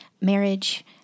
marriage